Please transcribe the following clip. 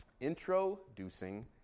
introducing